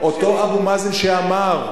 אותו אבו מאזן שאמר: